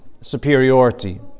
superiority